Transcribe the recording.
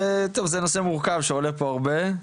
טוב, זה נושא מורכב שעולה פה הרבה,